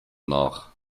nach